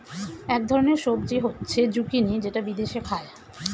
এক ধরনের সবজি হচ্ছে জুকিনি যেটা বিদেশে খায়